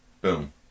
Boom